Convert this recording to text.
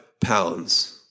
pounds